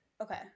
Okay